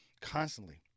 constantly